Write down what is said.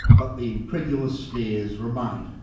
but the incredulous stares remain.